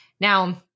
Now